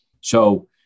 So-